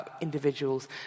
individuals